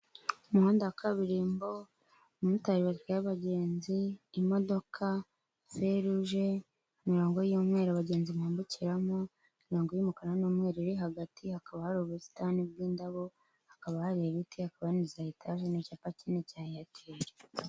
Umuhanda wa kabiririmbo umumotari barya y'abagenzi imodoka feruje mirongo y'umweru abagenzi bambukiramo intango y'umukara n'umweru uri hagati hakaba hari ubusitani bw'indabo hakaba hari ibiti akaba iza etage'i icyapa kinini cya eyateri.